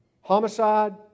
homicide